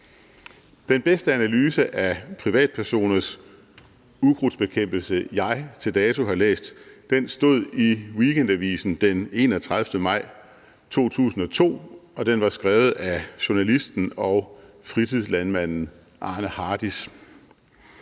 Den bedste analyse af privatpersoners ukrudtsbekæmpelse, jeg til dato har læst, stod i Weekendavisen den 31. maj 2002, og den var skrevet af journalisten og fritidslandmanden Arne Hardis,